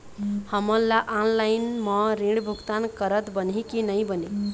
हमन ला ऑनलाइन म ऋण भुगतान करत बनही की नई बने?